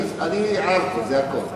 אני הערתי, זה הכול.